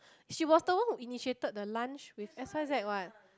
she was the one who initiated the lunch with S_I_Z what